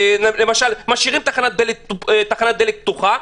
משאירים את תחנות הדלק פתוחות,